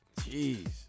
Jeez